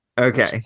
Okay